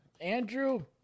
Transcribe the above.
Andrew